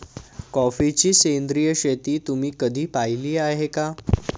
कॉफीची सेंद्रिय शेती तुम्ही कधी पाहिली आहे का?